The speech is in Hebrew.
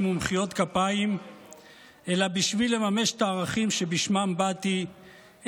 ומחיאות כפיים אלא בשביל לממש את הערכים שבשמם באתי,